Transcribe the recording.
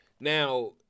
Now